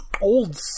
old